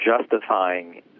justifying